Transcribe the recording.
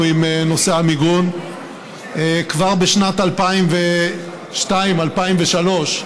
עם נושא המיגון כבר בשנים 2002 2003,